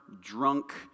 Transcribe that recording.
drunk